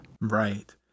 Right